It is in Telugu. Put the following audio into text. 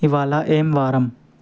ఇవాళ ఏం వారం